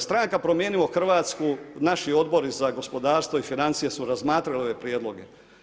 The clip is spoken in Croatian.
Stranka Promijenimo Hrvatsku, naši odbori za gospodarstvo i financije su razmatrali ove prijedloge.